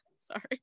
Sorry